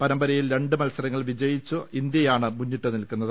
പരമ്പരയിൽ രണ്ട് മത്സരങ്ങൾ വിജയിച്ചു ഇന്ത്യയാണ് മുന്നിട്ടുനിൽക്കുന്നത്